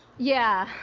yeah,